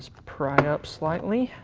pry up slightly.